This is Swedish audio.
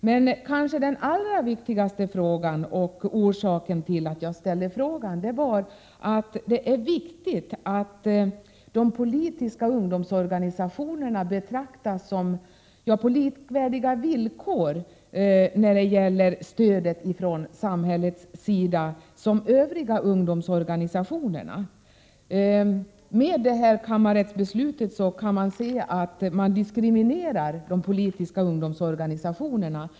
Den kanske allra viktigaste orsaken till att jag har velat ta upp denna fråga äratt jag vill understryka vikten av att de politiska ungdomsorganisationerna när det gäller stödet från samhället skall betraktas efter villkor som är likvärdiga med dem som gäller för övriga ungdomsorganisationer. Av det beslut som har fattats av kammarrätten framgår att man diskriminerar de politiska ungdomsorganisationerna.